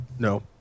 No